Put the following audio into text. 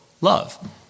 love